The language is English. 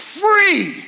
free